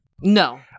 No